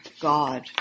God